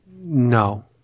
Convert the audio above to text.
No